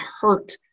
hurt